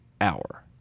Hour